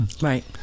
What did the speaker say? right